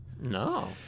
No